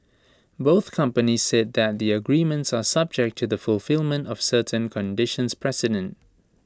both companies said that the agreements are subject to the fulfilment of certain conditions precedent